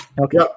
okay